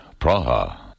Praha